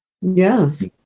Yes